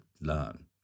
learn